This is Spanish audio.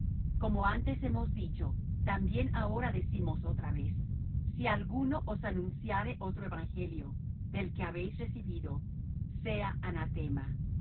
como antes hemos dicho también ahora decimos otra vez si alguno os anunciare otro evangelio del que habéis recibido sea anatema